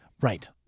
Right